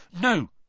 No